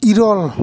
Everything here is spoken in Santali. ᱤᱨᱟᱹᱞ